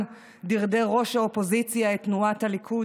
דרדר ראש האופוזיציה את תנועת הליכוד,